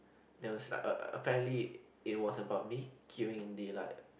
there was like a apparently it was about me queuing in the like